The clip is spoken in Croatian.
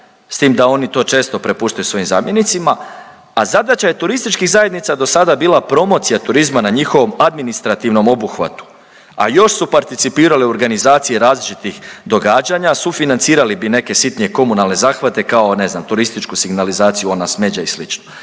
s tim da oni to često prepuštaju svojim zamjenicima, a zadaća je turističkih zajednica do sada bila promocija turizma na njihovom administrativnom obuhvatu, a još su participirali u organizaciji različitih događanja, sufinancirali bi neke sitnije komunalne zahvate kao ne znam, turističku signalizaciju, ona smeđa i